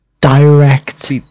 direct